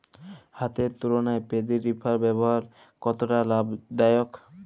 হাতের তুলনায় paddy reaper ব্যবহার কতটা লাভদায়ক?